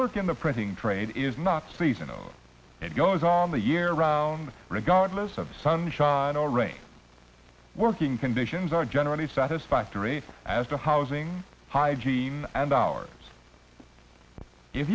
work in the printing trade is not seasonal it goes on the year round regardless of sunshine or rain working conditions are generally satisfactory as to housing hygiene and hours if